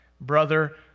brother